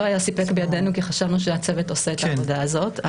לא היה סיפק בידינו כי חשבנו שהצוות עושה את העבודה הזאת.